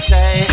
Say